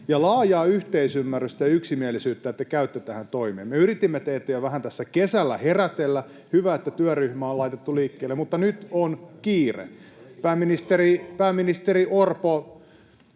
ja laajaa yhteisymmärrystä ja yksimielisyyttä siitä, että te käytte tähän toimeen. Me yritimme teitä vähän jo tässä kesällä herätellä, ja hyvä, että työryhmä on laitettu liikkeelle, mutta nyt on kiire. Pääministeri Orpo,